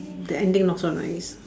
the ending not so nice